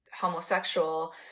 homosexual